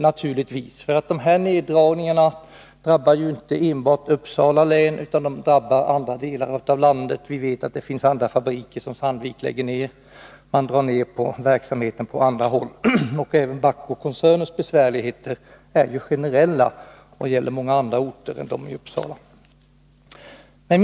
Dessa neddragningar drabbar ju inte enbart Uppsala län utan också andra delar av landet. Vi vet att det finns andra fabriker som Sandvik lägger ned och att man drar ner på verksamheten på andra håll. Och även Bahcokoncernens besvärligheter är ju generella och gäller många andra orter än dem i Uppsala län.